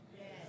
Yes